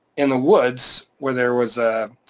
in the woods where there was a.